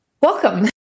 welcome